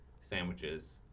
sandwiches